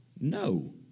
No